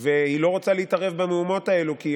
היא לא רוצה להתערב במהומות האלה כי היא